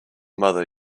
mother